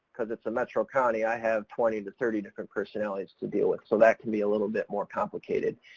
because it's a metro county, i have twenty to thirty different personalities to deal with, so that can be a little bit more complicated.